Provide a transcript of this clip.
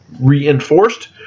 reinforced